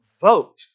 vote